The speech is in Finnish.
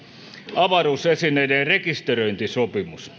avaruusesineiden rekisteröintisopimus